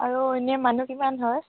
আৰু এনে মানুহ কিমান হয়